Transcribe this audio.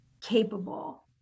capable